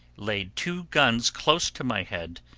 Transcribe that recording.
laid two guns close to my head,